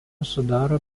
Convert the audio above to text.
sudaro